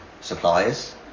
suppliers